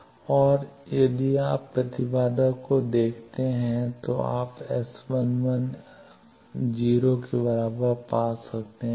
इसलिए और यदि आप प्रतिबाधा को देखते हैं तो आप S11 0 पा सकते हैं